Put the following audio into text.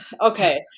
Okay